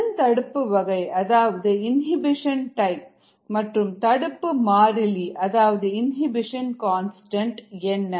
இதன் தடுப்பு வகை அதாவது இனிபிஷன் டைப் மற்றும் தடுப்பு மாறிலி அதாவது இனிபிஷன் கான்ஸ்டன்ட் என்ன